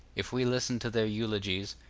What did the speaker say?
if we listen to their eulogies,